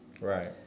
Right